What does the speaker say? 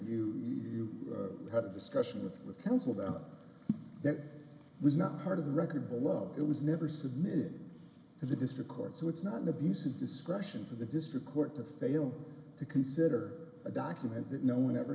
you had a discussion with with counsel that that was not part of the record below it was never submitted to the district court so it's not an abuse of discretion to the district court to fail to consider a document that no one ever